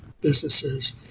businesses